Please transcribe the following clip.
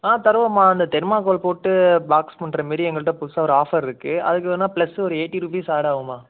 ஆ தருவோம்மா அந்த தெர்மாகோல் போட்டு பாக்ஸ் பண்ணுற மாரி எங்கள்கிட்ட புதுசாக ஒரு ஆஃபரிருக்கு அதுக்கு வேணா பிளஸ்ஸு ஒரு எயிட்டி ருபீஸ் ஆட் ஆகும்மா